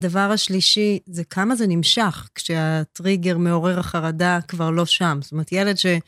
הדבר השלישי זה כמה זה נמשך כשהטריגר מעורר החרדה כבר לא שם. זאת אומרת, ילד ש...